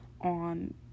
on